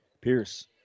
Pierce